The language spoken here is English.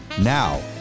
Now